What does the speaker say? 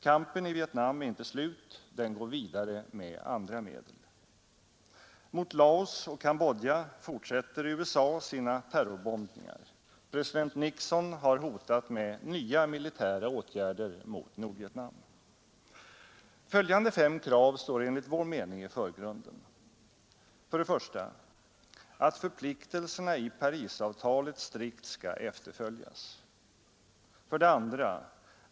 Kampen i Vietnam är inte slut; den går vidare med andra medel. Mot Laos och Kambodja fortsätter USA sina terrorbombningar. President Nixon har hotat med nya militära åtgärder mot Nordvietnam. Följande fem krav står enligt vår mening i förgrunden: 1. Att förpliktelserna i Parisavtalet strikt skall efterföljas. 2.